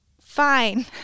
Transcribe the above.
fine